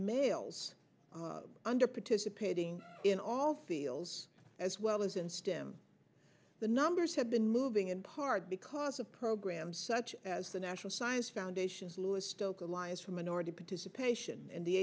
males under participating in all feels as well as in stem the numbers have been moving in part because of programs such as the national science foundation lou is still choli is for minority participation and the